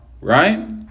Right